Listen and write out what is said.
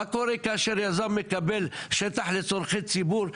מה קורה כאשר יזם מקבל שטח לצורכי ציבור,